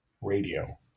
radio